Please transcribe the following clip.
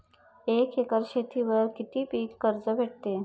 एक एकर शेतीवर किती पीक कर्ज भेटते?